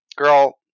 girl